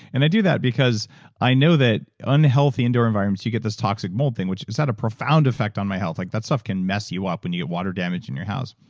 and they do that because i know that unhealthy indoor environment, you get this toxic mold thing, which has had a profound effect on my health. like that stuff can mess you up when you get water damage in your house.